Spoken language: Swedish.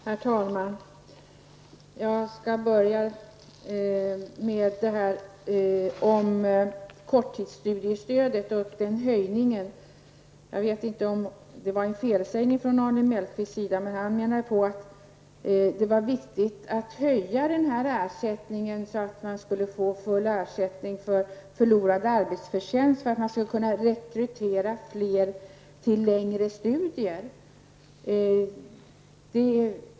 Herr talman! Jag skall börja med att ta upp höjningen av korttidsstudiestödet. Jag vet inte om det rörde sig om en felsägning av Arne Mellqvist, men han menade att det var viktigt att höja denna ersättning till full ersättning för förlorad arbetsförtjänst. Då skulle det bli lättare att rekrytera fler till längre studier.